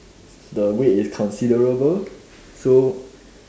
the weight is considerable so